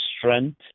strength